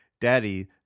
Daddy